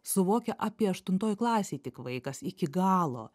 suvokia apie aštuntoj klasėj tik vaikas iki galo